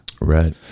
Right